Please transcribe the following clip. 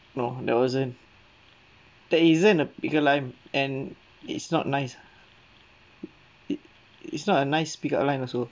no that wasn't that isn't a pick up line and it's not nice uh it's not a nice pick up line also